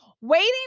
Waiting